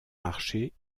marchés